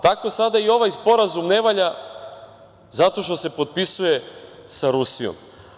Tako sada i ovaj Sporazum ne valja zato što se potpisuje sa Rusijom.